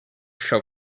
show